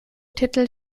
titel